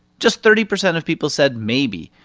just thirty percent of people said maybe.